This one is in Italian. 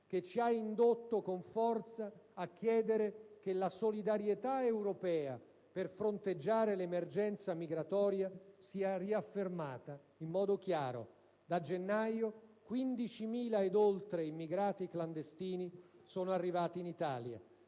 che ci ha indotto a chiedere con forza che la solidarietà europea per fronteggiare l'emergenza migratoria sia riaffermata in modo chiaro. Da gennaio, 15.000 ed oltre immigrati clandestini sono arrivati in Italia.